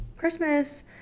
christmas